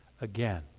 again